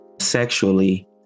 sexually